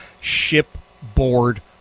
shipboard